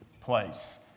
place